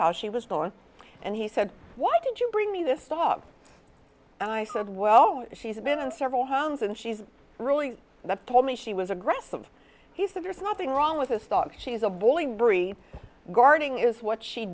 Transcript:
how she was gone and he said why did you bring me this dog and i said well she's been in several homes and she's really that told me she was aggressive piece of yours nothing wrong with this dog she's avoiding bre guarding is what she